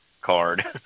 card